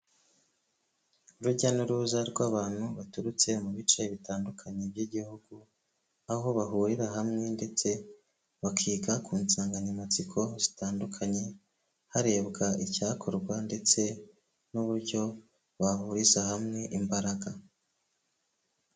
Urujya n'uruza rw'abantu baturutse mu bice bitandukanye by'igihugu, aho bahurira hamwe ndetse bakiga ku nsanganyamatsiko zitandukanye, harebwa icyakorwa ndetse n'uburyo bahuriza hamwe imbaraga.